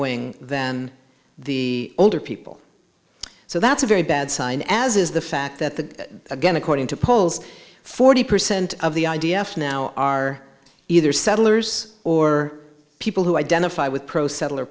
wing than the older people so that's a very bad sign as is the fact that that again according to polls forty percent of the i d f now are either settlers or people who identify with pro settle